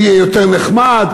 מי יהיה יותר נחמד,